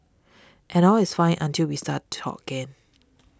and all is fine until we start to talk again